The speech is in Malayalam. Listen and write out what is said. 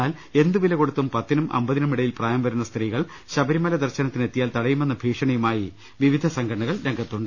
എന്നാൽ എന്തുവില കൊടുത്തും പത്തിനും അമ്പതിനും ഇടയിൽ പ്രായം വരുന്ന സ്ത്രീകൾ ശബരിമല ദർശനത്തിന് എത്തിയാൽ തടയുമെന്ന ഭീഷണിയുമായി വിവിധ സംഘ ടനകളും രംഗത്തുണ്ട്